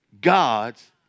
God's